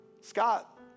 Scott